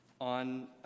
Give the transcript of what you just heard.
On